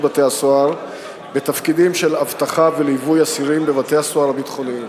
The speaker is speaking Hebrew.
בתי-הסוהר בתפקידים של אבטחה וליווי אסירים בבתי-הסוהר הביטחוניים.